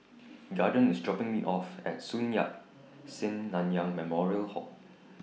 Gorden IS dropping Me off At Sun Yat Sen Nanyang Memorial Hall